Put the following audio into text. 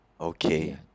Okay